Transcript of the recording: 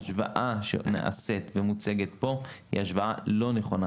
ההשוואה שנעשית ומוצגת פה היא השוואה לא נכונה